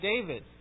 David